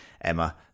Emma